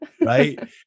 Right